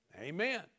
Amen